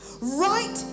Right